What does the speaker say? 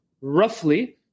roughly